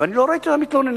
ואני לא רואה אותם מתלוננים,